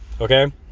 Okay